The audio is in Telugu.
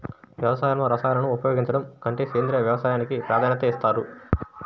వ్యవసాయంలో రసాయనాలను ఉపయోగించడం కంటే సేంద్రియ వ్యవసాయానికి ప్రాధాన్యత ఇస్తారు